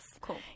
Cool